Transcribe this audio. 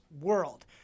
world